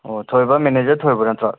ꯑꯣ ꯊꯣꯏꯕ ꯃꯦꯅꯦꯖꯔ ꯊꯣꯏꯕ ꯅꯠꯇ꯭ꯔꯣ